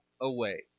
away